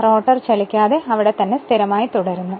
rotor ചലിക്കാതെ അവിടെ തന്നെ സ്ഥിരമായി തുടരുന്നു